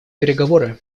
переговоры